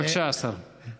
בבקשה, השר.